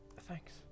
Thanks